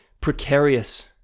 precarious